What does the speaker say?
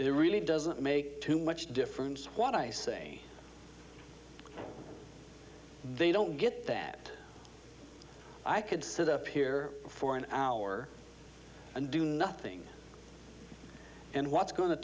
it really doesn't make too much difference what i say they don't get that i could sit up here for an hour and do nothing and what's going to